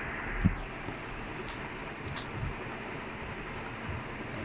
okay ya okay ah I mean not bad lah